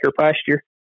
pasture